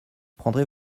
prendrez